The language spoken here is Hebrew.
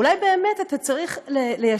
אולי אתה צריך לתבוע אותם.